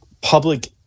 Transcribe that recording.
public